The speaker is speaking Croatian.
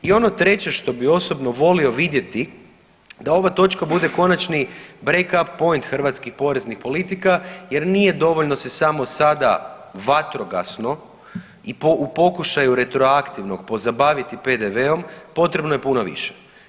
I ono treće što bi osobno volio vidjeti da ova točka bude konačni breakup point hrvatskih poreznih politika jer nije dovoljno se samo sada vatrogasno i u pokušaju retroaktivnog pozabaviti PDV-om, potrebno je puno više.